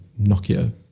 Nokia